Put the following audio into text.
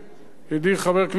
חבר הכנסת אמנון כהן,